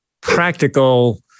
practical